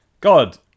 god